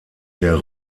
der